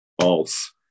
false